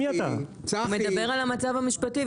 הוא מדבר על המצב המשפטי,